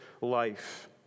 life